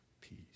peace